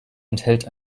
enthält